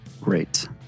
Great